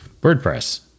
WordPress